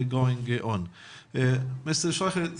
מר שלייכר,